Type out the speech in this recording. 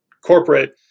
corporate